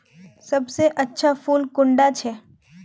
सबसे अच्छा फुल कुंडा छै?